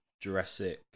Jurassic